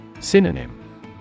Synonym